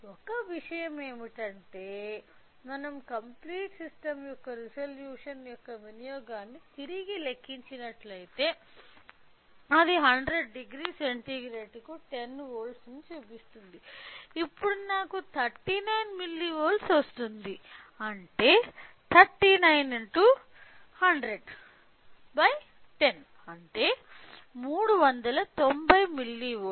ఒక విషయం ఏమిటంటే మనం కంప్లీట్ సిస్టం యొక్క రెజల్యూషన్ యొక్క వినియోగాన్ని తిరిగి లెక్కించినట్లయితే అది 1000 సెంటీగ్రేడ్ కు 10 వోల్ట్లు చూపిస్తుంది ఇప్పుడు నాకు 39 మిల్లీవోల్ట్ వస్తుంది అంటే 39 x 10010 అంటే 390 మిల్లీవోల్ట్లు